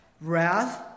wrath